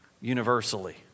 universally